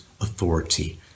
authority